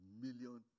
million